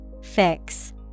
Fix